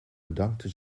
bedankte